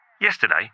Yesterday